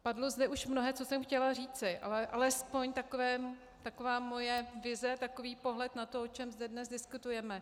Padlo zde už mnohé, co jsem chtěla říci, ale alespoň taková moje vize, takový pohled na to, o čem zde dnes diskutujeme.